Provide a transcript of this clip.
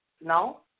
No